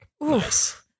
yes